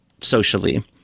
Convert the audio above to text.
socially